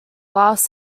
last